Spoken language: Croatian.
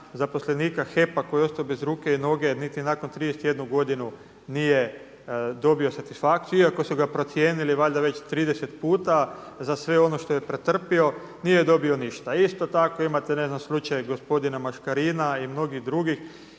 zaposlenika HEP-a koji je ostao bez ruke i noge, niti nakon 31 godinu nije dobio satisfakciju iako su ga procijenili valjda već 30 puta za sve ono što je pretrpio, nije dobio ništa. Isto tako imate ne znam slučaj gospodina Maškarina i mnogih drugih,